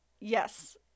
yes